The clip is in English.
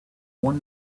one